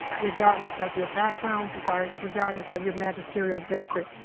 regardless of your background, regardless regardless of your magisterial district.